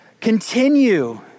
continue